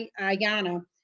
Ayana